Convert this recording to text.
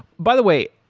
by the way,